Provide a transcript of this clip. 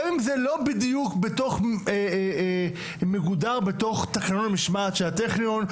גם אם זה לא בדיוק מגודר בתוך תקנון המשמעת של הטכניון,